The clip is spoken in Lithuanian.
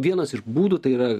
vienas iš būdų tai yra